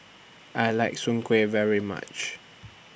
I like Soon Kueh very much